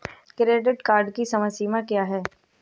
Credit card की समय सीमा क्या है?